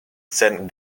sen